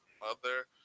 mother